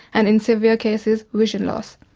and in severe cases vision loss.